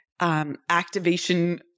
Activation